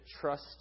trust